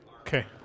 Okay